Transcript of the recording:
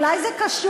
אולי זה קשור,